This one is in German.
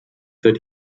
seit